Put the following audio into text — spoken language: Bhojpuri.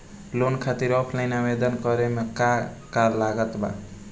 लोन खातिर ऑफलाइन आवेदन करे म का का लागत बा?